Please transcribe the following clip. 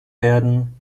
werden